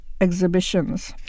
exhibitions